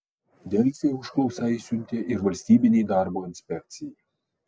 delfi užklausą išsiuntė ir valstybinei darbo inspekcijai